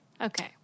okay